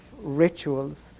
rituals